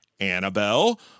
Annabelle